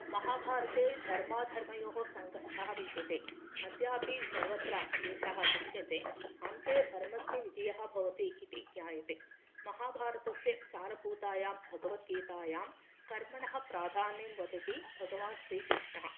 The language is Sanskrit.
महाभारते धर्माधर्मयोः सङ्घर्षः विद्यते अद्यापि सर्वत्र एषः दृश्यते अन्ते धर्मस्य विजयः भवति इति ज्ञायते महाभारतस्य सारभूतायां भगवद्गीतायां कर्मणः प्राधान्यं वदति भगवान् श्रीकृष्णः